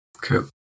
cool